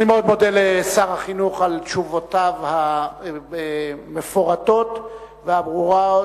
מאוד מודה לשר החינוך על תשובותיו המפורטות והברורות,